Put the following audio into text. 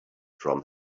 from